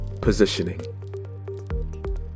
positioning